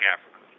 Africa